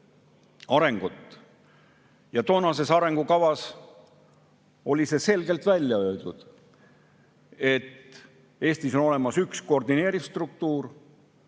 Toonases arengukavas oli selgelt välja öeldud, et Eestis on olemas üks koordineeriv struktuur